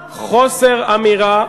חוסר אמירה,